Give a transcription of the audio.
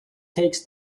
takes